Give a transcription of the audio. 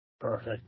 Perfect